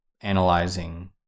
analyzing